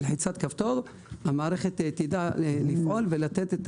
בלחיצת כפתור המערכת תדע לפעול ולתת את